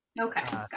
okay